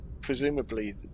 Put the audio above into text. presumably